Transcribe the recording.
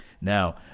Now